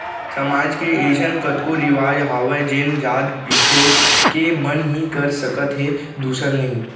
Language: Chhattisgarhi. समाज के अइसन कतको रिवाज हावय जेन जात बिसेस के मन ही कर सकत हे दूसर नही